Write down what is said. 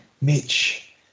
Mitch